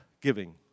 giving